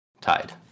tied